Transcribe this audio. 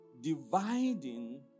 dividing